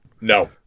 No